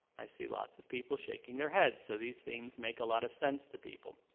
i see lots of people shaking their heads, so these themes make a lot of sense to people.